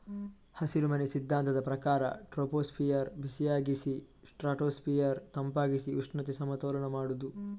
ಹಸಿರುಮನೆ ಸಿದ್ಧಾಂತದ ಪ್ರಕಾರ ಟ್ರೋಪೋಸ್ಫಿಯರ್ ಬಿಸಿಯಾಗಿಸಿ ಸ್ಟ್ರಾಟೋಸ್ಫಿಯರ್ ತಂಪಾಗಿಸಿ ಉಷ್ಣತೆ ಸಮತೋಲನ ಮಾಡುದು